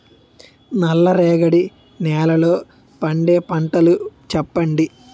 నల్ల రేగడి నెలలో పండే పంటలు చెప్పండి?